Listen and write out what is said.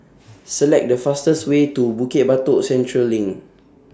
Select The fastest Way to Bukit Batok Central LINK